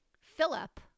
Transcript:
Philip